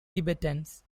tibetans